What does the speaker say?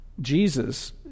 Jesus